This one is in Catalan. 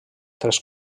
tres